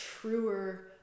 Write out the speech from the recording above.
truer